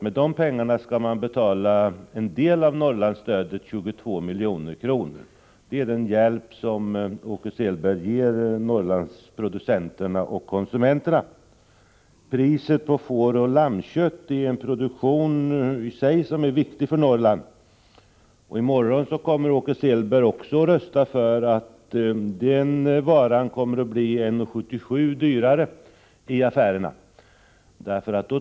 Med de pengarna skall man betala en del av Norrlandsstödet, 22 milj.kr. Det är den hjälp som Åke Selberg ger Norrlandsproducenterna och konsumenterna. När det gäller priset på får och lammkött — en produktion som är viktig för Norrland —- kommer Åke Selberg att i morgon rösta för att den varan blir 1:77 kr. dyrare per kilo i affärerna.